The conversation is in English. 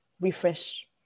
refresh